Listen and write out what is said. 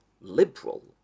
liberal